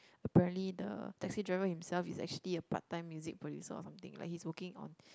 apparently the taxi driver himself is actually a part time music producer or something like he's working on